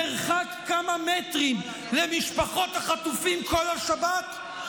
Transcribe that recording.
מרחק כמה מטרים, למשפחות החטופים כל השבת?